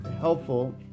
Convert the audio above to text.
helpful